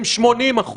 -- הם 80%,